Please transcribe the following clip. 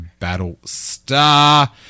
Battlestar